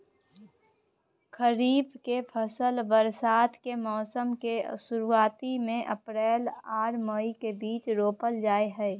खरीफ के फसल बरसात के मौसम के शुरुआती में अप्रैल आर मई के बीच रोपल जाय हय